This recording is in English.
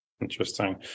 Interesting